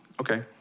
Okay